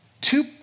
Two